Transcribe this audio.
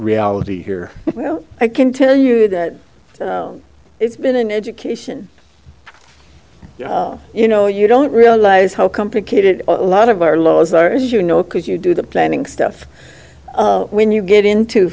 reality here i can tell you that it's been an education you know you don't realize how complicated a lot of our laws are as you know because you do the planning stuff when you get into